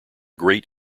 great